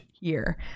year